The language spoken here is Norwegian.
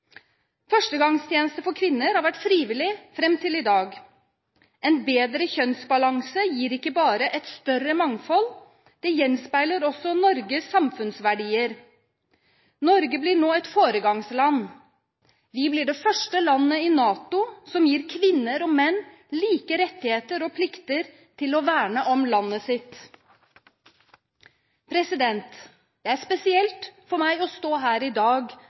Førstegangstjeneste for kvinner har vært frivillig fram til i dag. En bedre kjønnsbalanse gir ikke bare et større mangfold, det gjenspeiler også Norges samfunnsverdier. Norge blir nå et foregangsland. Vi blir det første landet i NATO som gir kvinner og menn like rettigheter og plikter til å verne om landet sitt. Det er spesielt for meg å stå her i dag